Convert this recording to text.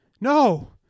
No